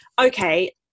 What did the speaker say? Okay